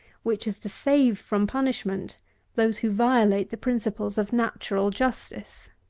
which is to save from punishment those who violate the principles of natural justice.